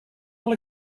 will